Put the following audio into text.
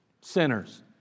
Sinners